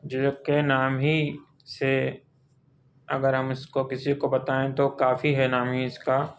جو کہ نام ہی سے اگر ہم اس کو کسی کو بتائیں تو کافی ہے نام ہی اس کا